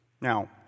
Now